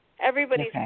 Everybody's